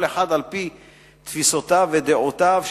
כל אחד על-פי תפיסותיו ודעותיו,